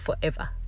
forever